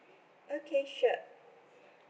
okay sure